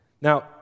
Now